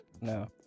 No